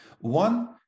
one